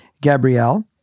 Gabrielle